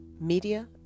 Media